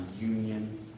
union